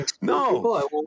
no